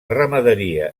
ramaderia